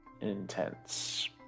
Intense